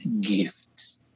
gifts